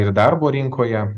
ir darbo rinkoje